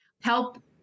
help